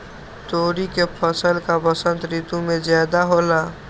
तोरी के फसल का बसंत ऋतु में ज्यादा होला?